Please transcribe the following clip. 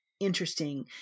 interesting